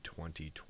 2020